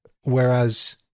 Whereas